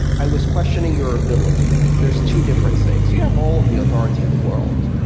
i was questioning your ability. there's two different things. you have all of the authority in the world.